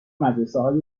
مدرسههای